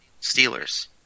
Steelers